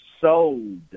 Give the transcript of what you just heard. sold